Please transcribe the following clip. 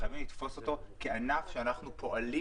חייבים לתפוס אותו כענף שאנחנו פועלים